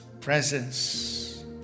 presence